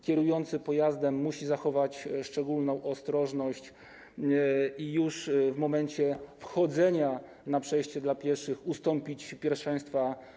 Kierujący pojazdem musi zachować szczególną ostrożność i już w momencie wchodzenia pieszego na przejście dla pieszych ustąpić mu pierwszeństwa.